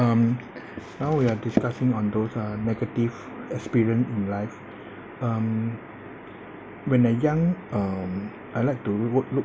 um now we are discussing on those uh negative experience in life um when I young um I like to work look